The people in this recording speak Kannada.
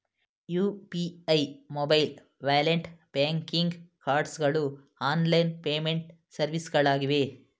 UPI, mobile wallet, banking cards ಗಳು ಆನ್ಲೈನ್ ಪೇಮೆಂಟ್ ಸರ್ವಿಸ್ಗಳಾಗಿವೆ